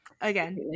Again